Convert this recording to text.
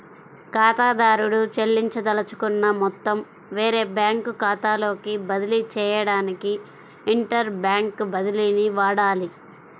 ఖాతాదారుడు చెల్లించదలుచుకున్న మొత్తం వేరే బ్యాంకు ఖాతాలోకి బదిలీ చేయడానికి ఇంటర్ బ్యాంక్ బదిలీని వాడాలి